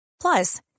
Plus